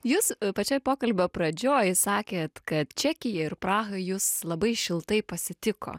jūs pačioj pokalbio pradžioj sakėt kad čekija ir praha jus labai šiltai pasitiko